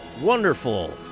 wonderful